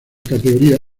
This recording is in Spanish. categoría